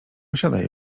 siadaj